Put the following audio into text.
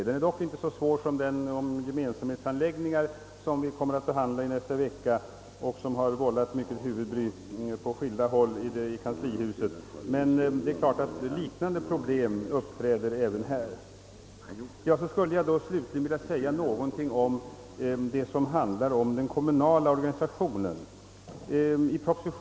Den är dock inte lika besvärlig som den närbesläktade lagstiftningen om gemensamhetsanläggningar, en fråga som vi kommer att behandla nästa vecka och som vållat huvudbry på skilda håll inom kanslihuset, Självfallet uppträder dock likartade problem även i samband med den här aktuella utredningen. Slutligen skulle jag vilja anföra några ord beträffande det avsnitt i propositionen som avser den kommunala organisationen på detta område.